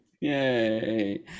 Yay